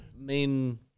main